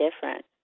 different